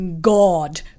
God